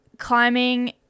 climbing